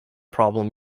problem